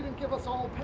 give us all